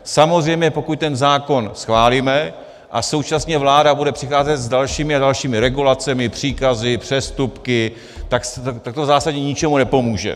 Samozřejmě pokud ten zákon schválíme a současně vláda bude přicházet s dalšími a dalšími regulacemi, příkazy, přestupky, tak to v zásadě ničemu nepomůže.